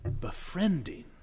befriending